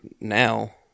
now